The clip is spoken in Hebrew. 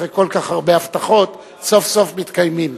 אחרי כל כך הרבה הבטחות, סוף-סוף הן מתקיימות.